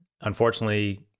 unfortunately